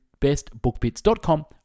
bestbookbits.com